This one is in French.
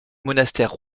monastère